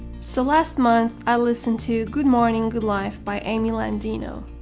so last month i listened to good morning good life by amy landino.